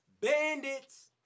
Bandits